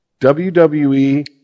WWE